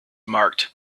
marked